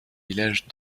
villages